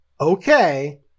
okay